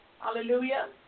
Hallelujah